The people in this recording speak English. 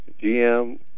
GM